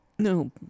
No